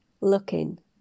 looking